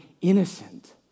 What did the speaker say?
innocent